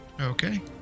Okay